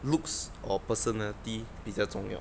looks or personality 比较重要